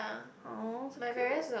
!aww! so cute